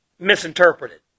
misinterpreted